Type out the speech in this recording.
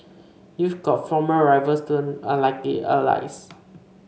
you've got former rivals turned unlikely allies